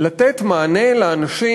לתת מענה לאנשים,